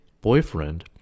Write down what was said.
boyfriend